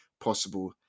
possible